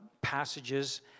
passages